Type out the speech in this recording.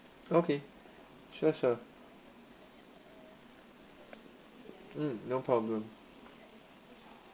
okay sure sure mm no problem